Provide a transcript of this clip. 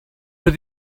but